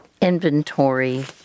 inventory